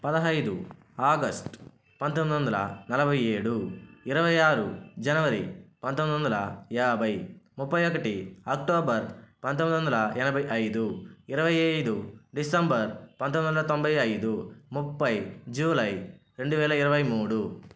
పదహైదు ఆగస్ట్ పంతొమ్మిది వందల నలభై ఏడు ఇరవై ఆరు జనవరి పంతొమ్మిది వందల యాభై ముప్పై ఒకటి అక్టోబర్ పంతొమ్మిది వందల ఎనభై ఐదు ఇరవై ఏడు డిసెంబర్ పంతొమ్మిది వందల తొంభై ఐదు ముఫై జూలై రెండు వేల ఇరవై మూడు